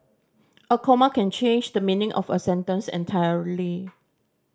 a comma can change the meaning of a sentence entirely